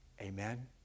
Amen